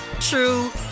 true